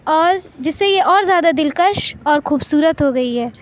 اور جس سے یہ اور زیادہ دلکش اور خوبصورت ہو گئی ہے